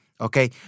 okay